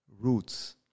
roots